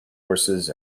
horses